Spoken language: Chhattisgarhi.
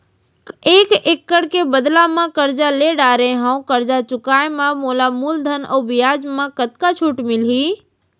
एक एक्कड़ के बदला म करजा ले डारे हव, करजा चुकाए म मोला मूलधन अऊ बियाज म कतका छूट मिलही?